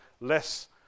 less